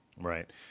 right